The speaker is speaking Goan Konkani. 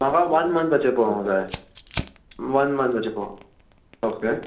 म्हाका वन मन्थाचे अशें पोवंक जाय वन मन्थाचें ओके